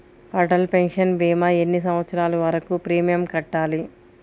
Atal pension భీమా ఎన్ని సంవత్సరాలు వరకు ప్రీమియం కట్టాలి?